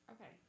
okay